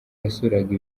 yasuraga